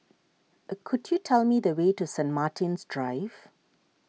could you tell me the way to Saint Martin's Drive